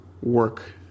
work